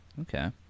okay